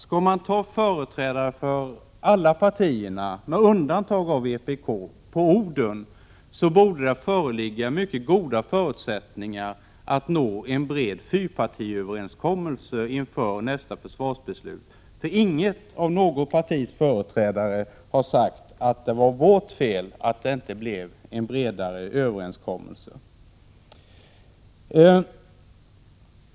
Skall man ta företrädare för alla partierna, med undantag av vpk, på orden, borde det föreligga mycket goda förutsättningar att nå en bred fyrpartiöverenskommelse inför nästa försvarsbeslut. Ingen partiföreträdare har sagt att det var det partiets fel att det inte blev en bredare överenskommelse.